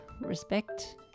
respect